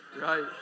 Right